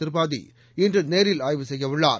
திரிபாதி இன்று நேரில் ஆய்வு செய்யவுள்ளார்